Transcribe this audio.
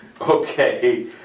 Okay